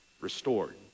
restored